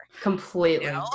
Completely